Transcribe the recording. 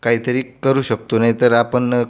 काहीतरी करू शकतो नाहीतर आपण